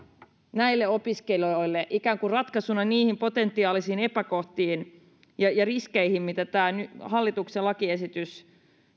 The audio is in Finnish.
näille opiskelijoille ikään kuin ratkaisuna niihin potentiaalisiin epäkohtiin ja ja riskeihin mihin tämä hallituksen lakiesitys